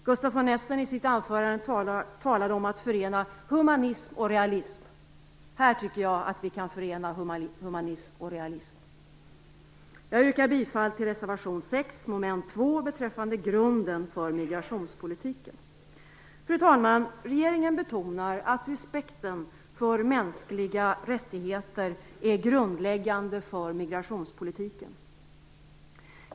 Gustaf von Essen talade i sitt anförande om att förena humanism och realism. Här tycker jag att vi kan göra det. Jag yrkar bifall till reservation 6 mom. 2, beträffande grunden för migrationspolitiken. Fru talman! Regeringen betonar att respekten för mänskliga rättigheter är grundläggande för migrationspolitiken.